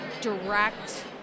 direct